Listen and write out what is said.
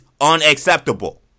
unacceptable